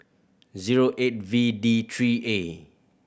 zero eight V D three A